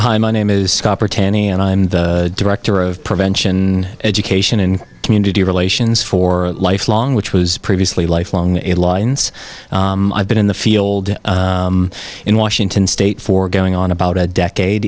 hi my name is any and i'm the director of prevention education and community relations for life long which was previously a lifelong a lines i've been in the field in washington state for going on about a decade